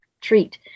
treat